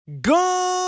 Go